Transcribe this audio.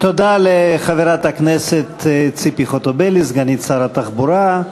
תודה לחברת הכנסת ציפי חוטובלי, סגנית שר התחבורה.